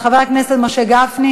חבר הכנסת משה גפני